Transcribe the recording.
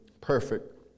perfect